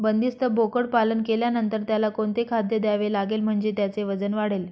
बंदिस्त बोकडपालन केल्यानंतर त्याला कोणते खाद्य द्यावे लागेल म्हणजे त्याचे वजन वाढेल?